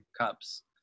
cups